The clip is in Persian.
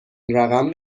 رقم